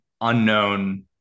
unknown